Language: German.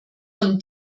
von